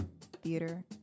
theater